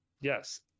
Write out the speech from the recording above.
Yes